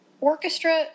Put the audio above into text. orchestra